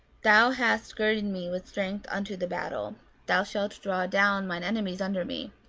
thou hast girded me with strength unto the battle thou shalt throw down mine enemies under me.